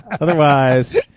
Otherwise